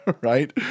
right